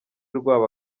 rwabo